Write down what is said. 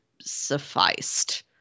sufficed